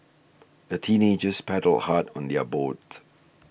the teenagers paddled hard on their boat